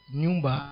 nyumba